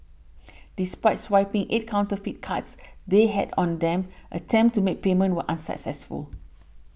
despite swiping eight counterfeit cards they had on them attempts to make payment were unsuccessful